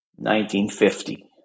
1950